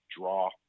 draw